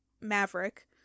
Maverick